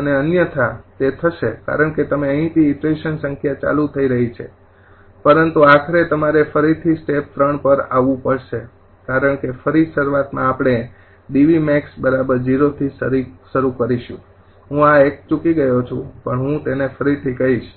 અને અન્યથા તે થશે કારણ કે તમે અહીંથી ઈટરેશન સંખ્યા ચાલુ થઈ રહી છે પરંતુ આખરે તમારે ફરીથી સ્ટેપ ૩ પર આવવું પડશે કારણ કે ફરી શરૂઆત માં આપણે 𝐷𝑉𝑀𝐴𝑋 ૦ થી શરૂ કરીશું હું આ એક ચૂકી ગ્યો છુ પણ હું તેને ફરીથી કહીશ